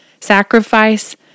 Sacrifice